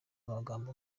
amagambo